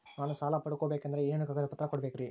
ನಾನು ಸಾಲ ಪಡಕೋಬೇಕಂದರೆ ಏನೇನು ಕಾಗದ ಪತ್ರ ಕೋಡಬೇಕ್ರಿ?